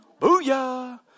Booyah